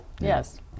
yes